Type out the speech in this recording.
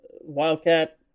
Wildcat